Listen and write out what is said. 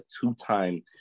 two-time